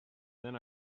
then